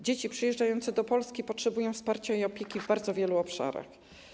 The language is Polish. Dzieci przyjeżdżające do Polski potrzebują wsparcia i opieki w bardzo wielu obszarach.